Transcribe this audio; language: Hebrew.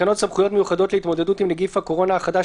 תקנות סמכויות מיוחדות להתמודדות עם נגיף הקורונה החדש